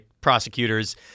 prosecutors